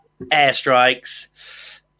Airstrikes